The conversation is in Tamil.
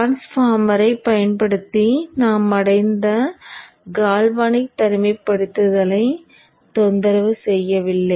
டிரான்ஸ்பார்மரைப் பயன்படுத்தி நாம் அடைந்த கால்வனிக் தனிமைப்படுத்தலை நேரம் பார்க்கவும் 2026 தொந்தரவு செய்யவில்லை